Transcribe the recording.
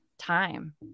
time